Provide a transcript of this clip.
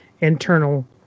internal